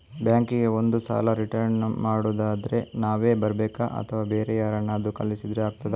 Bank ಗೆ ಬಂದು ಸಾಲ ರಿಟರ್ನ್ ಮಾಡುದಾದ್ರೆ ನಾವೇ ಬರ್ಬೇಕಾ ಅಥವಾ ಬೇರೆ ಯಾರನ್ನಾದ್ರೂ ಕಳಿಸಿದ್ರೆ ಆಗ್ತದಾ?